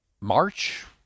March